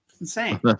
insane